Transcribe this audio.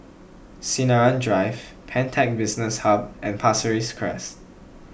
Sinaran Drive Pantech Business Hub and Pasir Ris Crest